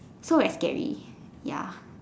so very scary ya